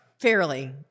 Fairly